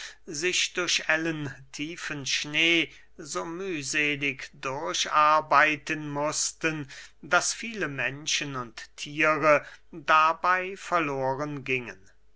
sich durch ellen tiefen schnee so mühselig durcharbeiten mußten daß viele menschen und thiere dabey verloren gingen